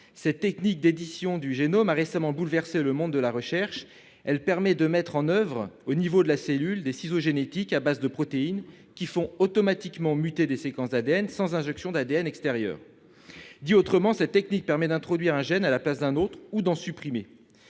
Cette technique d'édition du génome a récemment bouleversé le monde de la recherche. Elle permet de mettre en oeuvre, au niveau de la cellule, des ciseaux génétiques à base de protéines qui font automatiquement muter des séquences d'ADN, sans injection d'ADN extérieur. Autrement dit, cette technique permet d'introduire un gène à la place d'un autre, ou d'en supprimer.